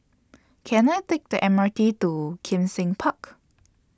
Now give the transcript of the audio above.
Can I Take The M R T to Kim Seng Park